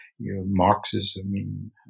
Marxism